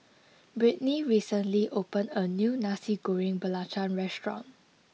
Britney recently opened a new Nasi Goreng Belacan restaurant